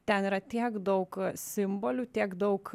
ten yra tiek daug simbolių tiek daug